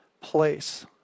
place